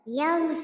young